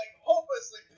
hopelessly